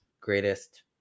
greatest